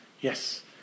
Yes